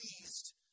pleased